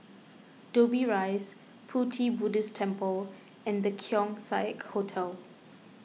Dobbie Rise Pu Ti Buddhist Temple and the Keong Saik Hotel